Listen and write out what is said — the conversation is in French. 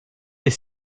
est